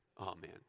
Amen